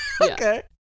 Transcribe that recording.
Okay